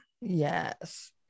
yes